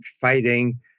fighting